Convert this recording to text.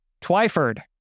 Twyford